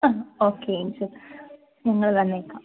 ആ ഓക്കേ ശരി ഞങ്ങൾ വന്നേക്കാം